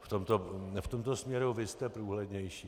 V tomto směru vy jste průhlednější.